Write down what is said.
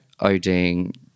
ODing